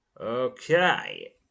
Okay